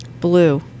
Blue